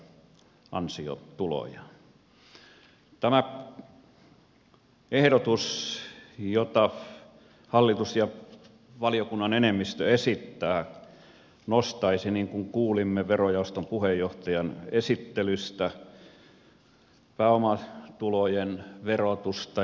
tämä ehdotus jota hallitus ja valiokunnan enemmistö esittää nostaisi niin kuin kuulimme verojaoston puheenjohtajan esittelystä pääomatulojen verotusta